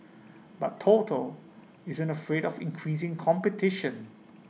but total isn't afraid of increasing competition